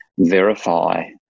verify